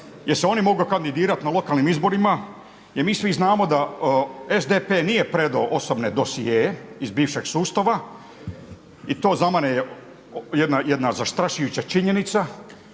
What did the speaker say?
jel se oni mogu kandidirati na lokalnim izborima? Jer mi svi znamo da SDP nije predao osobne dosjee iz bivšeg sustava i to za mene je jedna zastrašujuća činjenica.